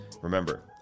Remember